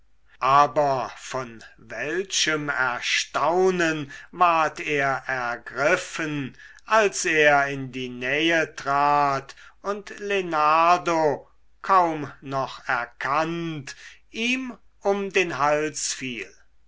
aber von welchem erstaunen ward er ergriffen als er in die nähe trat und lenardo kaum noch erkannt ihm um den hals fiel